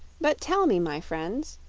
but tell me, my friends,